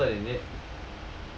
I assisted in it